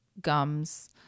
gums